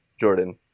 Jordan